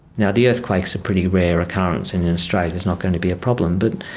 now, the earthquakes are pretty rare occurrence and in australia, it's not going to be a problem. but